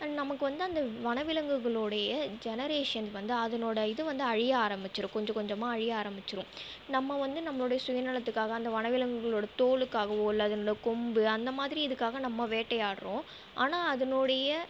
நமக்கு வந்து அந்த வனவிலங்குகளுடைய ஜெனரேஷன் வந்து அதனோட இது வந்து அழிய ஆரமிச்சிடும் கொஞ்சம் கொஞ்சமாக அழிய ஆரமிச்சிடும் நம்ம வந்து நம்மளுடைய சுயநலத்துக்காக அந்த வனவிலங்குகளோட தோலுக்காகவோ இல்லை அதனோடய கொம்பு அந்த மாதிரி இதுக்காக நம்ம வேட்டையாடுகிறோம் ஆனால் அதனுடைய